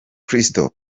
crystal